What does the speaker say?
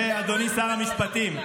אדוני שר המשפטים,